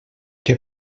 què